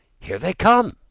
here they come!